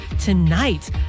tonight